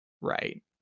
right